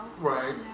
Right